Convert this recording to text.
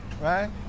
right